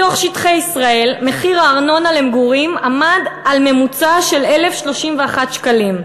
בתוך שטחי ישראל מחיר הארנונה למגורים עמד בממוצע על 1,031 שקלים,